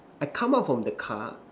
I come out from the car